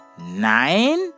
nine